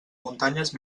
muntanyes